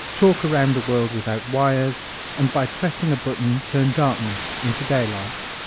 talk around the world without wires and by pressing a button turn darkness into daylight.